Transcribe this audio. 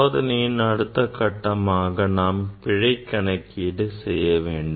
சோதனையின் அடுத்த கட்டமாக நாம் பிழை கணக்கீடு செய்ய வேண்டும்